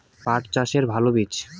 পাঠ চাষের ভালো বীজ?